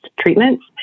treatments